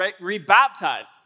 re-baptized